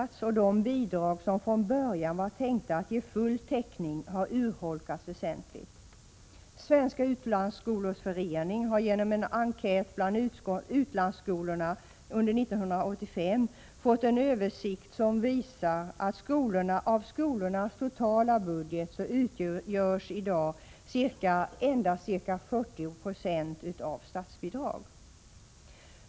1986/87:94 de bidrag som från början var tänkta att ge full täckning har urholkats 25 mars 1987 Svenska utlandsskolors förening har genom en enkät bland utlandsskolor Janä S na under 1985 fått en översikt som visar att endast ca 40 96 av skolornas totala — "landet, sp eclalskole ornam.m. budget i dag utgörs av statsbidrag.